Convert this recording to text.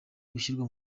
gushyirwa